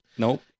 Nope